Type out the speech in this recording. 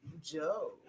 Joe